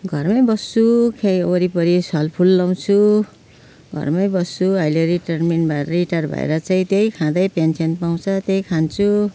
घरमै बस्छु खोइ वरिपरि सलफुल लगाउँछु घरमै बस्छु अहिले रिटायरमेन्ट भए रिटायर भएर चाहिँ त्यही खाँदै पेन्सन पाउँछ त्यही खान्छु